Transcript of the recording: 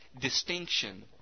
distinction